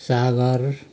सागर